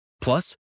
Plus